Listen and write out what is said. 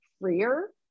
freer